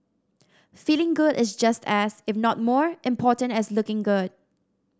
feeling good is just as if not more important as looking good